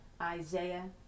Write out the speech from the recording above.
isaiah